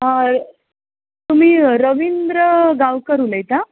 हय तुमी रविंद्र गांवकर उलयता